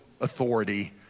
authority